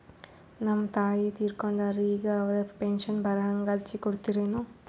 ನಮ್ ತಾಯಿ ತೀರಕೊಂಡಾರ್ರಿ ಈಗ ಅವ್ರ ಪೆಂಶನ್ ಬರಹಂಗ ಅರ್ಜಿ ಕೊಡತೀರೆನು?